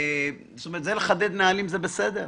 לחדד נהלים זה בסדר.